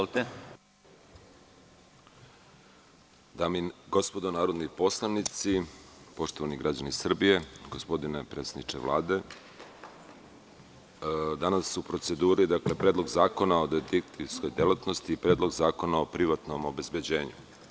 Dame i gospodo, narodni poslanici, poštovani građani Srbije, gospodine predsedniče Vlade, danas su u proceduri Predlog zakona o detektivskoj delatnosti, Predlog zakona o privatnom obezbeđenju.